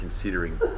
considering